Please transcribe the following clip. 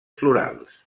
florals